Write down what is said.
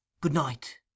Good-night